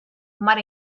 mar